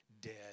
dead